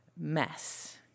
mess